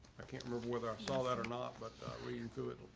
i can't remember whether i saw that or not, but reading through it.